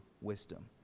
wisdom